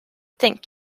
think